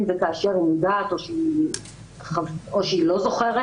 אם וכאשר היא מודעת או שהיא לא זוכרת.